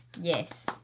Yes